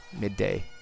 midday